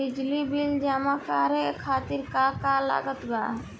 बिजली बिल जमा करावे खातिर का का लागत बा?